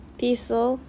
thistle